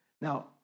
Now